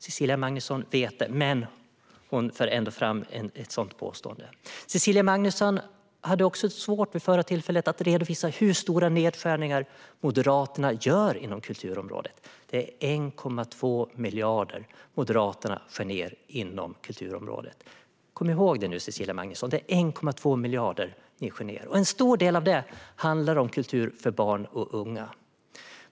Cecilia Magnusson vet det, men hon för ändå fram ett sådant påstående. Cecilia Magnusson hade också svårt vid förra tillfället att redovisa hur stora nedskärningar Moderaterna gör inom kulturområdet. Det är 1,2 miljarder som Moderaterna skär ned på kulturområdet. Kom ihåg nu, Cecilia Magnusson, att det är 1,2 miljarder ni skär ned! Och en stor del av detta handlar om kultur för barn och unga.